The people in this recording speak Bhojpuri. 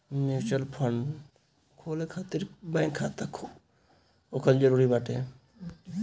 म्यूच्यूअल फंड खोले खातिर बैंक खाता होखल जरुरी बाटे